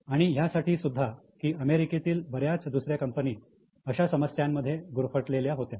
आणि ह्यासाठी सुद्धा की अमेरिकेतील बऱ्याच दुसऱ्या कंपनी अशा समस्यांमध्ये गुरफटलेल्या होत्या